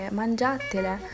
mangiatele